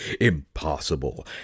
Impossible